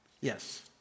Yes